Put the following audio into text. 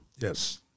Yes